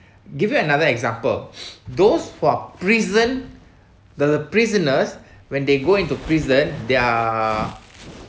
give you another example those who are prison the prisoners when they go into prison they are